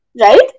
right